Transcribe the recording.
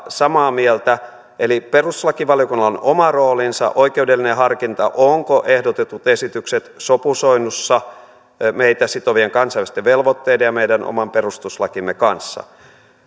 samaa mieltä eli perustuslakivaliokunnalla on oma roolinsa oikeudellinen harkinta ovatko ehdotetut esitykset sopusoinnussa meitä sitovien kansainvälisten velvoitteiden ja meidän oman perustuslakimme kanssa